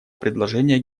предложения